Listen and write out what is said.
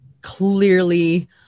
clearly